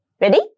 Ready